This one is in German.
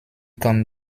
kann